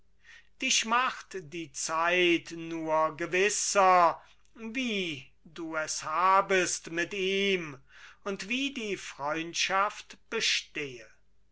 dich macht die zeit nur gewisser wie du es habest mit ihm und wie die freundschaft bestehe